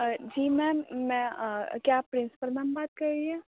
آ جی میم میں کیا آپ پرنسپل میم بات کر رہی ہیں